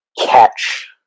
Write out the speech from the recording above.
catch